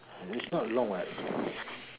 it's not long what